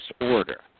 order